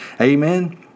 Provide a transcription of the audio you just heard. amen